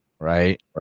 right